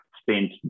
Spent